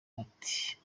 ati